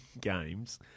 games